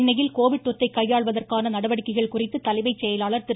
சென்னையில் கோவிட் தொற்றை கையாள்வதற்கான நடவடிக்கைகள் குறித்து தலைமை செயலாளர் திரு